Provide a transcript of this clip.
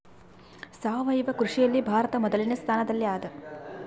ಸಾವಯವ ಕೃಷಿಯಲ್ಲಿ ಭಾರತ ಮೊದಲನೇ ಸ್ಥಾನದಲ್ಲಿ ಅದ